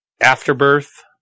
Afterbirth